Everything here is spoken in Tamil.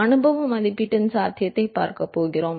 அனுபவ மதிப்பீட்டின் சாத்தியத்தைப் பார்க்கப் போகிறேன்